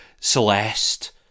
Celeste